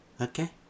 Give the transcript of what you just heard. okay